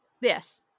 yes